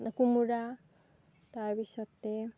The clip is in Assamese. কোমোৰা তাৰপিছতে